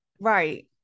Right